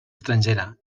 estrangera